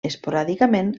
esporàdicament